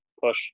push